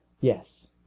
yes